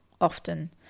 often